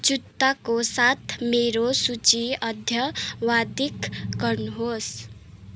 जुत्ताको साथ मेरो सूची अद्यावधिक गर्नुहोस्